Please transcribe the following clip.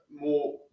more